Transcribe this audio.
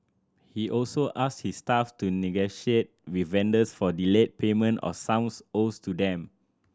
he also asked his staff to negotiate with vendors for delayed payment of sums owed to them